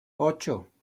ocho